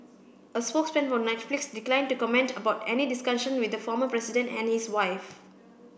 a spokesman for Netflix declined to comment about any discussions with the former president and his wife